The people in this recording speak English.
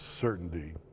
certainty